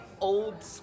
old